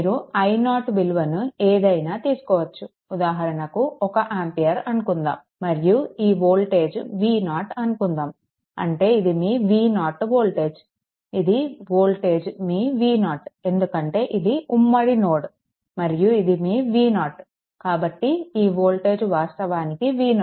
మీరు i0 విలువను ఏదైనా తీసుకోవచ్చు ఉదాహరణకు 1 ఆంపియర్ అనుకుందాము మరియు ఈ వోల్టేజ్ V0 అనుకుందాము అంటే ఇది మీ V0 వోల్టేజ్ ఇది వోల్టేజ్ మీ V0 ఎందుకంటే ఇది ఉమ్మడి నోడ్ మరియు ఇది మీ V0 కాబట్టి ఈ వోల్టేజ్ వాస్తవానికి V0